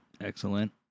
Excellent